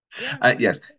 Yes